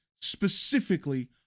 specifically